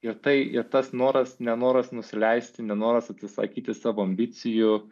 ir tai ir tas noras nenoras nusileisti nenoras atsisakyti savo ambicijų